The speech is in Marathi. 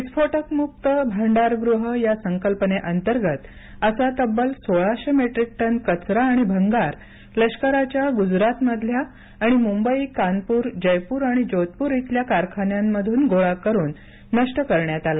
विस्फोटक मुक्त भांडारगृह या संकल्पनेअंतर्गत असा तब्बल सोळाशे मेट्टिक टन कचरा आणि भंगार लष्कराच्या गुजरातमधल्या आणि मुंबई कानपूर जयपूर आणि जोधपूर इथल्या कारखान्यांमधून गोळा करून नष्ट करण्यात आला